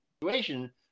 situation